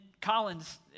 Collins